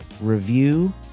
review